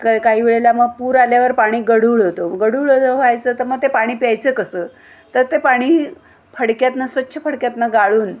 का काही वेळेला मग पुर आल्यावर पाणी गढूळ होतो गढूळ व्हायचं तर मग ते पाणी प्यायचं कसं तर ते पाणी फडक्यातनं स्वच्छ फडक्यातनं गाळून